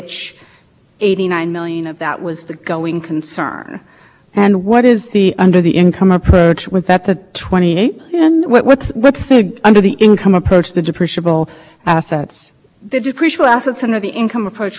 million dollars thirty and a half million dollars but interestingly the only way that that number is arrived at is by backing out of the eighty nine million dollars fifty eight million dollars in working in networking capital